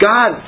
God